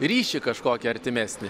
ryšį kažkokį artimesnį